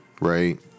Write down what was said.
Right